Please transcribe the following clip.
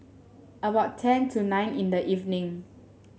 about ten to nine in the evening